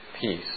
peace